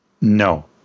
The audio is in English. No